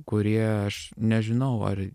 kurie aš nežinau ar